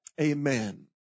amen